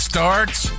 Starts